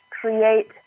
create